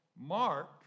Mark